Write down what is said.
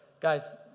guys